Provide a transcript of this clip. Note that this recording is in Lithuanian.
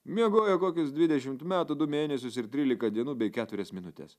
miegojo kokius dvidešimt metų du mėnesius ir trylika dienų bei keturias minutes